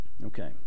Okay